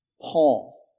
Paul